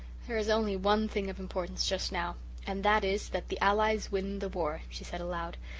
there is only one thing of importance just now and that is that the allies win the war, she said aloud.